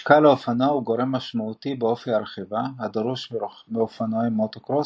משקל האופנוע הוא גורם משמעותי באופי הרכיבה הדרוש מאופנועי מוטוקרוס,